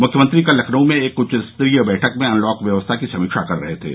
मृख्यमंत्री कल लखनऊ में एक उच्चस्तरीय बैठक में अनलॉक व्यवस्था की समीक्षा कर रहे थे